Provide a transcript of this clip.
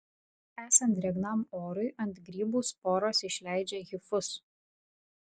esant drėgnam orui ant grybų sporos išleidžia hifus